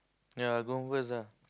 ya go home first ah